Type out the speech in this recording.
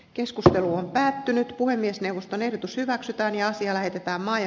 keskusaukiolla päättynyt puhemiesneuvoston ehdotus hyväksytään ja siellä päämaja